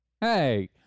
hey